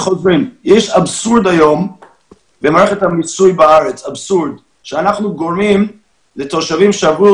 יש אבסורד היום במערכת ה מיסוי בארץ שאנחנו גורמים לתושבים שעברו